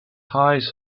height